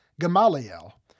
Gamaliel